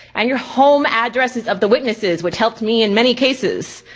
and your home addresses of the witnesses, which helped me in many cases.